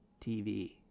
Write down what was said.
TV